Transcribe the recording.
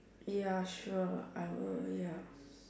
ya sure I will ya